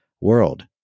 world